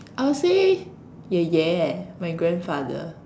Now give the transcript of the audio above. I'll say 爷爷 my grandfather